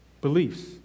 beliefs